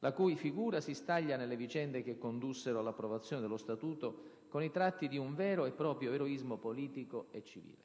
la cui figura si staglia nelle vicende che condussero all'approvazione dello Statuto con i tratti di un vero e proprio eroismo politico e civile.